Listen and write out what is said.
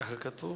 ככה כתוב,